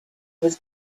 was